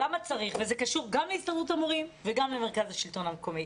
וזה קשור גם להסתדרות המורים וגם למרכז השלטון המקומי,